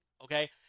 okay